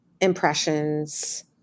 impressions